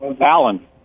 Alan